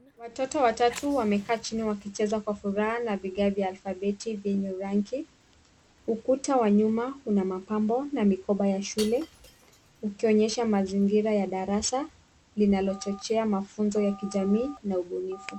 Watoto watatu wamekaa wakicheza kwa furaha na vigae vya alfabeti yenye rangi, ukuta wa nyuma una mapambo na mikoba ya shule ikionyesha mazingira ya darasa linalichochea mafunzo ya kijamii na ubunifu.